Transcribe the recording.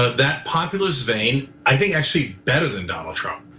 that populace vein, i think actually better than donald trump.